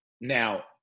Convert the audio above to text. Now